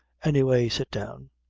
any way, sit down.